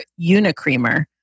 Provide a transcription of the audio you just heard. Unicreamer